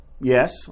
Yes